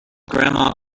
grandma